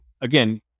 again